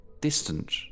distant